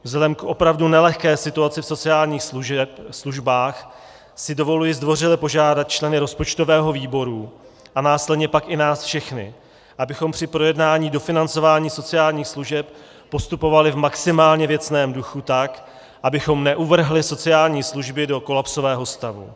Vzhledem k opravdu nelehké situaci v sociálních službách si dovoluji zdvořile požádat členy rozpočtového výboru a následně pak i nás všechny, abychom při projednání dofinancování sociálních služeb postupovali v maximálně věcném duchu, tak abychom neuvrhli sociální služby do kolapsového stavu.